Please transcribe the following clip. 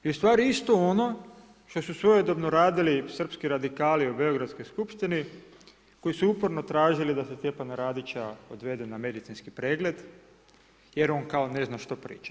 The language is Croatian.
I ustvari isto ono što su svojedobno radili srpski radikali u beogradskoj skupštini koji su uporno tražili da se Stjepana Radića odvede na medicinski pregled jer on kao ne zna što priča.